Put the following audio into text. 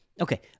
Okay